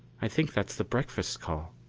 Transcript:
i think that's the breakfast call.